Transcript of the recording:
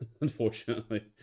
Unfortunately